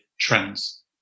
trends